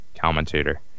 commentator